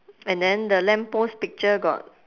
and then the lamp post picture got